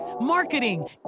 marketing